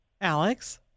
Alex